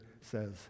says